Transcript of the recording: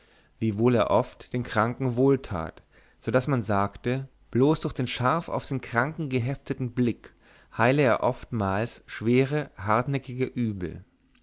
wiewohl er oft den kranken wohl tat so daß man sagte bloß durch den scharf auf den kranken gehefteten blick heile er oftmals schwere hartnäckige übel